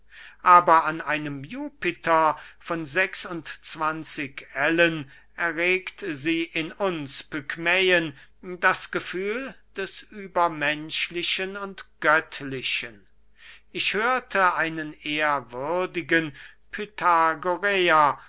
aber an einem jupiter von sechs und zwanzig ellen erregt sie in uns pygmäen das gefühl des übermenschlichen und göttlichen ich hörte einen ehrwürdigen pythagoräer